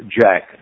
Jack